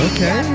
Okay